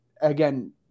Again